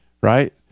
Right